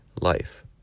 life